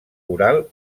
oral